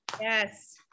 yes